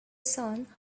sun